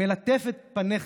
// מלטף את פנייך,